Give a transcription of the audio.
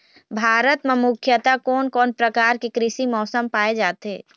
भारत म मुख्यतः कोन कौन प्रकार के कृषि मौसम पाए जाथे?